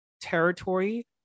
territory